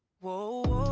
whoa,